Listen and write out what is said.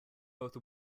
both